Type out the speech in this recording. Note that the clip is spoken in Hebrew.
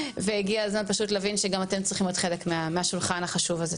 ושהגיע הזמן פשוט להבין שגם אתם צריכים להיות חלק מהשולחן החשוב הזה.